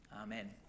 Amen